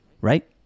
right